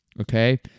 okay